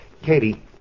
Katie